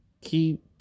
Keep